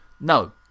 No